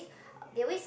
they always